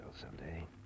someday